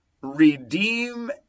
redeem